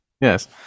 yes